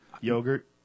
yogurt